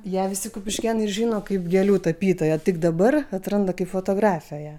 ją visi kupiškėnai žino kaip gėlių tapytoją tik dabar atranda kaip fotografę ją